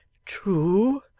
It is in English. true,